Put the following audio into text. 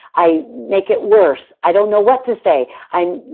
i make it worse, i don't know what to say, i'm